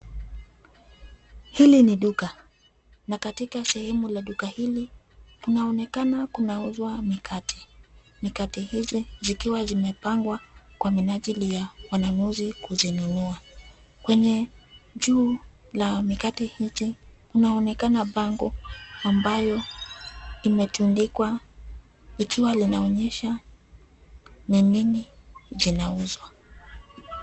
Hili ni duka, na katika sehemu ya duka hili kunaonekana kunauzwa mikate. Mikate hii ikiwa imepangwa kwa minajili ya wanunuzi kuinunua. Kwenye juu ya mikate hii kunaonekana bango ambalo limetundikwa, likiwa linaonyesha ni nini inauzwa.